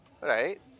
right